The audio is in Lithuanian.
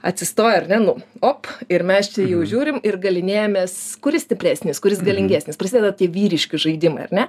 atsistoja ar ne nu op ir mes čia jau žiūrim ir galynėjamės kuris stipresnis kuris galingesnis prisideda tie vyriški žaidimai ar ne